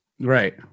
Right